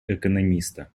экономиста